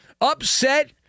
Upset